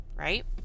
Right